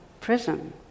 prison